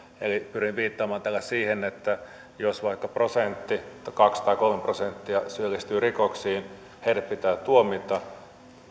eli pyrin viittaamaan tällä siihen että jos vaikka yksi tai kaksi tai kolme prosenttia syyllistyy rikoksiin heidät pitää tuomita